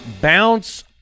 Bounce